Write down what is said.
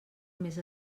més